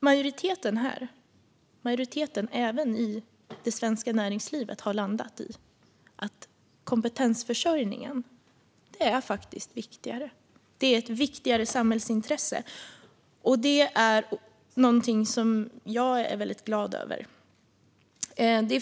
Majoriteten här och även majoriteten av det svenska näringslivet har landat i att kompetensförsörjningen faktiskt är viktigast. Det är ett viktigare samhällsintresse. Det är något som jag är väldigt glad över.